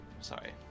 sorry